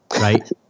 Right